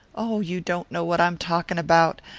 oh, you don't know what i'm talking about